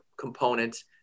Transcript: components